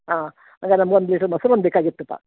ಹಾಂ ಹಂಗಾರೆ ಒಂದು ಲೀಟ್ರ್ ಮೊಸ್ರು ಒಂದು ಬೇಕಾಗಿತ್ತಪ್ಪ